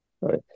right